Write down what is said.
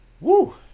Woo